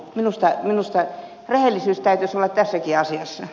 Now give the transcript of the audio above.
minusta rehellinen täytyisi olla tässäkin asiassa